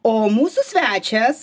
o mūsų svečias